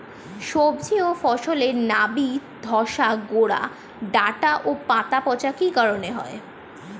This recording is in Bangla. সবজি ও ফসলে নাবি ধসা গোরা ডাঁটা ও পাতা পচা কি কারণে হয়?